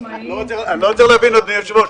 אני רוצה להבין, אדוני היושב-ראש,